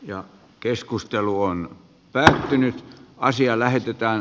ja keskustelu on lähtenyt asiaa lähestytään